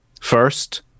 first